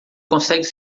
consegue